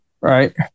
Right